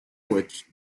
which